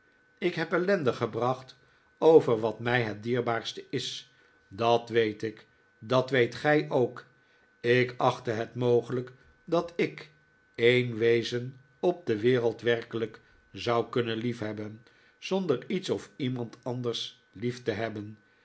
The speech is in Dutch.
ik heb ellende gebracht over wat mij het dierbaarste is dat weet ik dat weet gij ook ik achtte het mogelijk dat ik een wezen op de wereld werkelijk zou kunnen liefhebben zonder iets of iemand anders lief te hebben